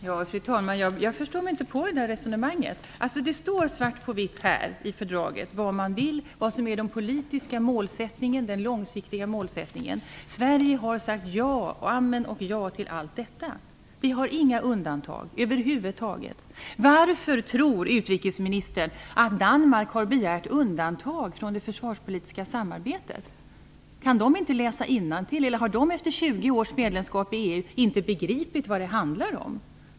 Fru talman! Jag förstår mig inte på det förda resonemanget. Det står ju, svart på vitt, i fördraget vad man vill, vad som är den politiska målsättningen och vad som är den långsiktiga målsättningen. Sverige har sagt ja och amen när det gäller allt detta. Vi har inga undantag över huvud taget. Varför tror utrikesministern att Danmark har begärt undantag från det försvarspolitiska samarbetet? Kan de inte läsa innantill, eller har de efter 20 års medlemskap i EU inte begripit vad det handlar om?